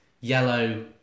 yellow